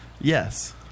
Yes